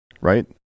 right